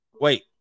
Wait